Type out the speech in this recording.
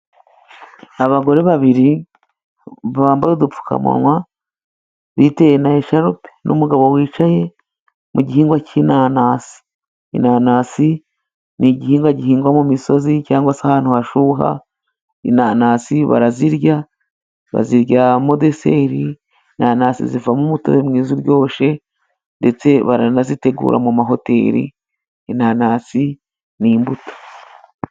Abagore babiri bambaye udupfukamunwa biteye na esharupe n'umugabo wicaye mu gihingwa cy'inanasi. Inanasi ni igihingwa gihingwa mu misozi cyangwa se ahantu hashyuha, inanasi barazirya baziryamo deseri, inanasi zivamo umutobe mwiza uryoshye ndetse baranazitegura mu mahoteli, inanasi ni imbuto.